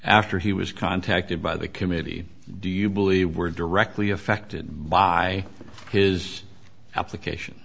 after he was contacted by the committee do you believe were directly affected by his application